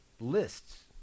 Lists